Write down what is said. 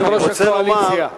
יושב-ראש הקואליציה.